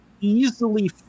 easily